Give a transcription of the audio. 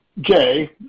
Jay